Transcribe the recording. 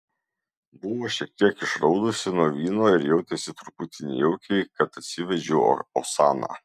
buvo šiek tiek išraudusi nuo vyno ir jautėsi truputį nejaukiai kad atsivedžiau osaną